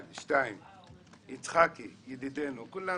אבל אם החוק הזה עובר במתכונתו כמו שהוא